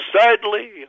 Sadly